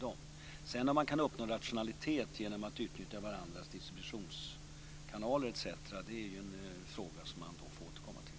Om det går att uppnå rationalitet genom att utnyttja varandras distributionskanaler etc. är en fråga som man får återkomma till.